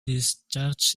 discharges